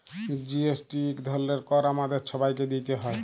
GST ইক ধরলের কর আমাদের ছবাইকে দিইতে হ্যয়